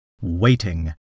waiting